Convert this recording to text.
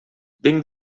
vinc